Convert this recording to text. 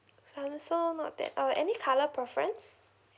samsung note eight uh any colour preference